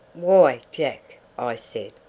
why, jack! i said.